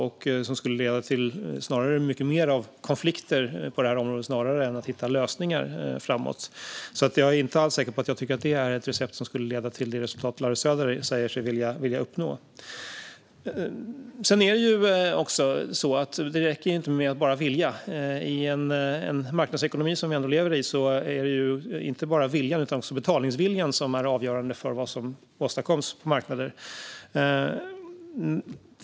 Det skulle snarare leda till mycket mer av konflikter på detta område än till att man hittar lösningar framåt. Jag är inte alls säker på att jag tycker att det är ett recept som skulle leda till det resultat som Larry Söder säger sig vilja uppnå. Sedan räcker det inte med att bara vilja. I en marknadsekonomi, som vi ändå lever i, är det inte bara viljan utan också betalningsviljan som är avgörande för vad som åstadkoms på marknader.